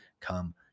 come